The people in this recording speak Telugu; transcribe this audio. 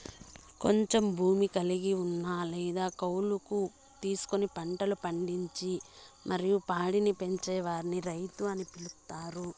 కొంచెం భూమి కలిగి ఉన్న లేదా కౌలుకు తీసుకొని పంటలు పండించి మరియు పాడిని పెంచే వారిని రైతు అని పిలుత్తారు